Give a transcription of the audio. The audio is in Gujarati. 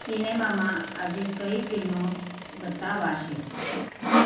સિનેમામાં આજે કઈ ફિલ્મો બતાવાશે